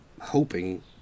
hoping